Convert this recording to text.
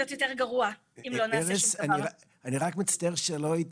הבעיה שלנו היא בעיית